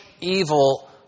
evil